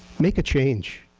make a change.